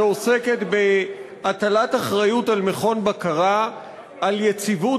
שעוסקת בהטלת אחריות על מכון בקרה על יציבות